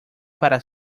para